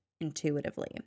intuitively